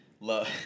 Love